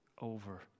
over